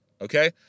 Okay